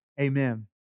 amen